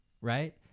right